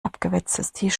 abgewetztes